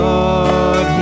God